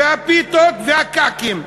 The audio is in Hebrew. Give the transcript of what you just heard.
הפיתות והכעכים.